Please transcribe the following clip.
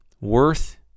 worth